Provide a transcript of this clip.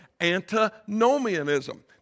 antinomianism